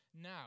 now